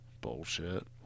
Bullshit